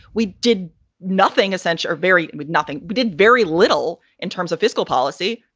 we did nothing essential or very with nothing. we did very little in terms of fiscal policy.